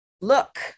Look